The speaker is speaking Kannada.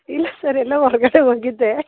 ಇಲ್ಲ ಸರ್ ಎಲ್ಲೋ ಹೊರ್ಗಡೆ ಹೋಗಿದ್ದೆ